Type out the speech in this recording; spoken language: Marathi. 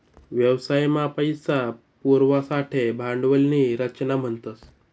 व्यवसाय मा पैसा पुरवासाठे भांडवल नी रचना म्हणतस